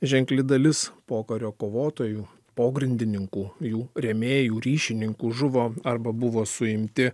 ženkli dalis pokario kovotojų pogrindininkų jų rėmėjų ryšininkų žuvo arba buvo suimti